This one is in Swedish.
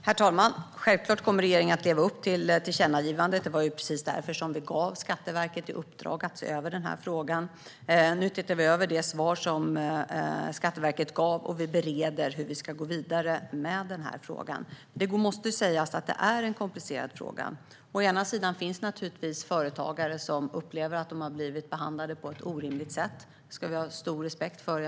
Herr talman! Självklart kommer regeringen att leva upp till tillkännagivandet. Det var precis därför som vi gav Skatteverket i uppdrag att se över denna fråga. Nu tittar vi över det svar som Skatteverket gav, och vi bereder hur vi ska gå vidare med denna fråga. Det måste sägas att det är en komplicerad fråga. Det finns naturligtvis företagare som upplever att de har blivit behandlade på ett orimligt sätt. Det ska vi ha stor respekt för.